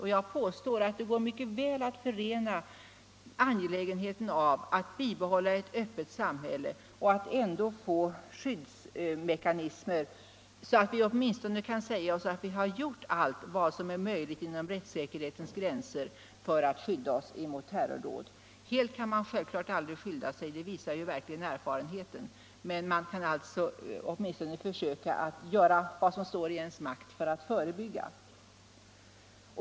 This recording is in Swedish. Jag vill påstå att det mycket väl går att förena angelägenheten av att bibehålla ett öppet samhälle och att skapa skyddsmekanismer, så att vi åtminstone kan säga oss att vi har gjort allt vad som är möjligt inom rättssäkerhetens gränser för att skydda oss mot terrordåd. Man kan självfallet inte helt skydda sig, det visar verkligen erfarenheten. Men man kan åtminstone försöka att göra vad som står i ens makt för att förebygga.